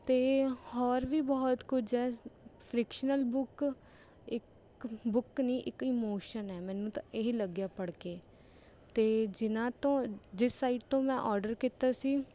ਅਤੇ ਹੋਰ ਵੀ ਬਹੁਤ ਕੁਝ ਹੈ ਫਰਿਕਸ਼ਨਲ ਬੁੱਕ ਇੱਕ ਬੁੱਕ ਨਹੀਂ ਇੱਕ ਇਮੋਸ਼ਨ ਹੈ ਮੈਨੂੰ ਤਾਂ ਇਹ ਲੱਗਿਆ ਪੜ੍ਹ ਕੇ ਅਤੇ ਜਿਨ੍ਹਾਂ ਤੋਂ ਜਿਸ ਸਾਈਟ ਤੋਂ ਮੈਂ ਆਰਡਰ ਕੀਤਾ ਸੀ